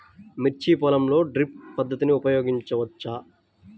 మిర్చి పొలంలో డ్రిప్ పద్ధతిని ఉపయోగించవచ్చా?